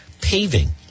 Paving